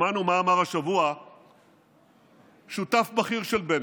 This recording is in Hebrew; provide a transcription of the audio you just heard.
שמענו מה אמר השבוע שותף בכיר של בנט,